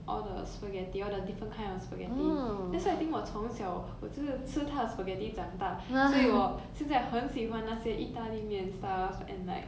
all the spaghetti all the different kind of spaghetti that's why I think 我从小我就是她的 spaghetti 长大所以我现在很喜欢那些意大利面 stuff and like